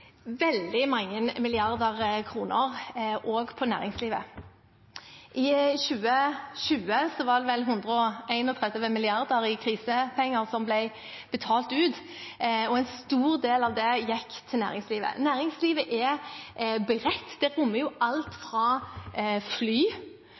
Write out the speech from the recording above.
veldig mange milliarder kroner også på næringslivet. I 2020 var det vel 131 mrd. kr i krisepenger som ble betalt ut. En stor del av det gikk til næringslivet. Næringslivet er bredt. Det rommer alt